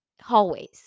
hallways